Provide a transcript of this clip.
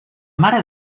mare